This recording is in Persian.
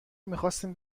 میخواستیم